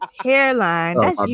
hairline